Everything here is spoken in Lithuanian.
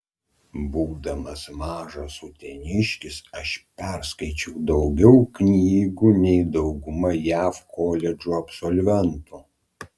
būdamas mažas uteniškis aš perskaičiau daugiau knygų nei dauguma jav koledžų absolventų